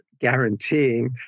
guaranteeing